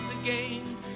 again